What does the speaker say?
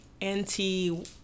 anti